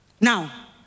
Now